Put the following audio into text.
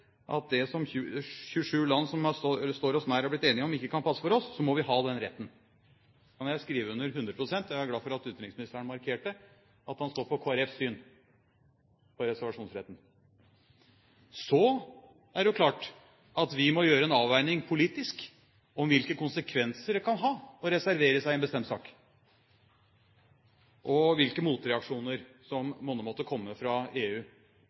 behandlingsprosess at det som 27 land som står oss nær, er blitt enige om, ikke kan passe for oss. Derfor må vi ha den retten.» Det kan jeg skrive under på 100 pst. Jeg er glad for at utenriksministeren har markert at han står på Kristelig Folkepartis syn på reservasjonsretten. Så er det klart at vi må gjøre en avveining politisk om hvilke konsekvenser det kan ha å reservere seg i en bestemt sak, og hvilke motreaksjoner som monne måtte komme fra EU